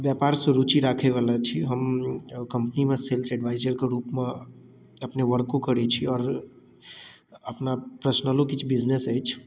व्यापारसँ रूचि राखै बला छी हम कम्पनीमे सेल्स एडवाइजरके रूपमे अपने वर्को करैत छी आओर अपना प्रसनलो किछु बिजनेस अछि